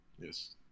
Yes